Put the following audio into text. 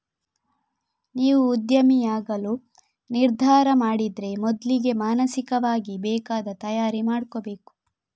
ನೀವು ಉದ್ಯಮಿಯಾಗಲು ನಿರ್ಧಾರ ಮಾಡಿದ್ರೆ ಮೊದ್ಲಿಗೆ ಮಾನಸಿಕವಾಗಿ ಬೇಕಾದ ತಯಾರಿ ಮಾಡ್ಕೋಬೇಕು